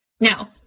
Now